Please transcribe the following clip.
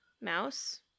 mouse